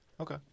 Okay